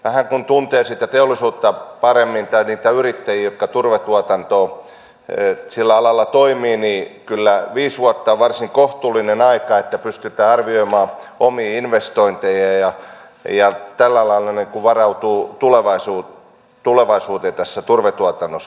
vähän kun tuntee sitä teollisuutta paremmin tai niitä yrittäjiä jotka sillä alalla toimivat niin kyllä viisi vuotta on varsin kohtuullinen aika sille että pystytään arvioimaan omia investointeja ja tällä lailla varautumaan tulevaisuuteen tässä turvetuotannossa